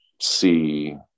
see